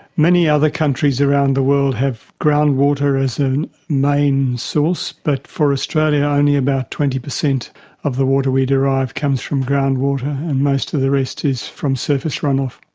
many other countries around the world have groundwater as a and main source, but for australia only about twenty percent of the water we derive comes from groundwater, and most of the rest is from surface run-off.